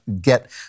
get